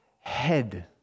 head